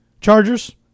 Chargers